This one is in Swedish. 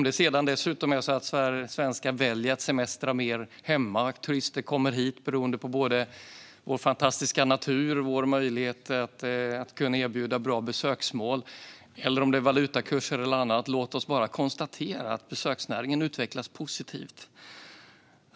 Det kan så vara att svenskar väljer att semestra mer hemma och att turister kommer hit tack vare vår fantastiska natur, vår möjlighet att erbjuda bra besöksmål, vår valutakurs eller annat. Låt oss bara konstatera att besöksnäringen utvecklas positivt.